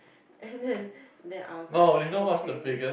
and then then I was like okay